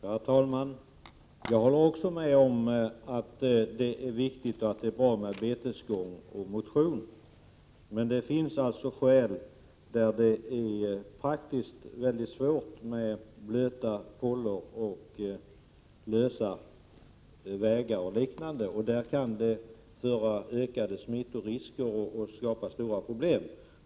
Herr talman! Jag håller med om att det är viktigt och bra med betesgång och motion. Men det kan finnas praktiska problem — blöta fållor, lösa vägar och liknande. Och det kan bli ökade smittorisker och andra stora problem.